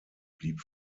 blieb